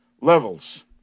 levels